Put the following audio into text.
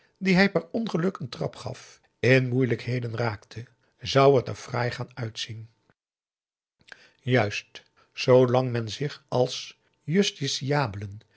dien hij per ongeluk een trap gaf in moeielijkheden raakte zou het er fraai gaan uitzien juist zoolang men zich als